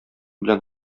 белән